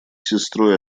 сестрой